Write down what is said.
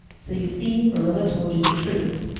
so you see marilla told you the truth.